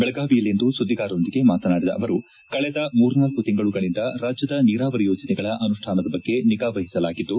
ಬೆಳಗಾವಿಯಲ್ಲಿಂದು ಸುದ್ದಿಗಾರರೊಂದಿಗೆ ಮಾತನಾಡಿದ ಅವರು ಕಳೆದ ಮೂರ್ನಾಲ್ನು ತಿಂಗಳುಗಳಿಂದ ರಾಜ್ಯದ ನೀರಾವರಿ ಯೋಜನೆಗಳ ಅನುಷ್ಠಾನದ ಬಗ್ಗೆ ನಿಗಾವಹಿಸಲಾಗಿದ್ದು